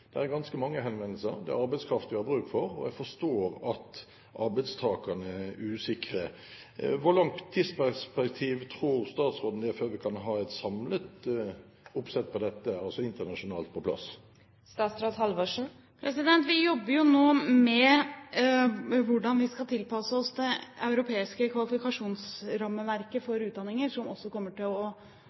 er ganske mange henvendelser. Det er arbeidskraft vi har bruk for, og jeg forstår at arbeidstakerne er usikre. Hvor langt tidsperspektiv tror statsråden det er før vi kan ha et samlet oppsett på dette internasjonalt på plass? Vi jobber jo nå med hvordan vi skal tilpasse oss det europeiske kvalifikasjonsrammeverket for utdanninger, som også kommer til å